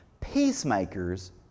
Peacemakers